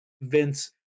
Vince